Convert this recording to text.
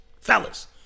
Fellas